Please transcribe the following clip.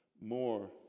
more